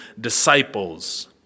disciples